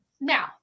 Now